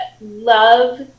love